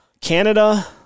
Canada